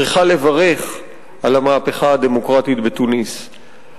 צריכה לברך על המהפכה הדמוקרטית בתוניסיה.